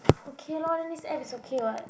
okay lor then this app is okay [what]